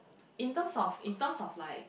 in terms of in terms of like